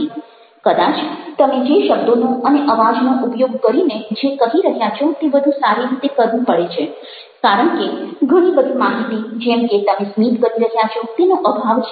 કદાચ તમે જે શબ્દોનો અને અવાજનો ઉપયોગ કરીને જે કહી રહ્યા છો તે વધુ સારી રીતે કરવું પડે છે કારણ કે ઘણી બધી માહિતી જેમકે તમે સ્મિત કરી રહ્યા છો તેનો અભાવ છે